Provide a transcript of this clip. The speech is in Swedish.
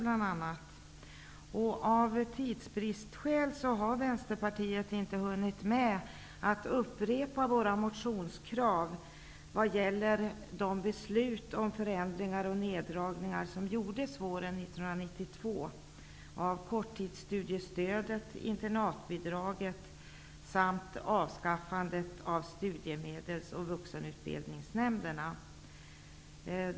På grund av tidsbrist har vi i Vänsterpartiet inte hunnit med att upprepa våra motionskrav vad gäller de beslut om förändringar och neddragningar som fattades våren 1992 beträffande korttidsstudiestödet, internatbidraget samt avskaffandet av studiemedelsnämnden och vuxenutbildningsnämnden.